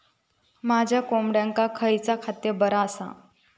माझ्या कोंबड्यांका खयला खाद्य बरा आसा?